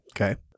Okay